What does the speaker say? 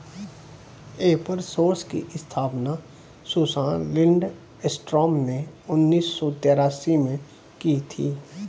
एपर सोर्स की स्थापना सुसान लिंडस्ट्रॉम ने उन्नीस सौ तेरासी में की थी